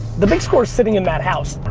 the big score's sitting in that house.